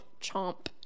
chomp